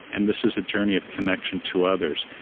and this is a journey of connection to others,